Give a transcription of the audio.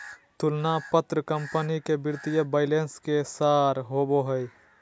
तुलना पत्र कंपनी के वित्तीय बैलेंस के सार होबो हइ